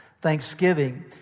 Thanksgiving